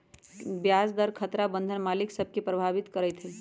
ब्याज दर खतरा बन्धन मालिक सभ के प्रभावित करइत हइ